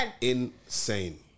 Insane